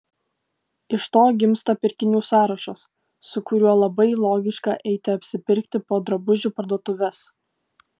iš to gimsta pirkinių sąrašas su kuriuo labai logiška eiti apsipirkti po drabužių parduotuves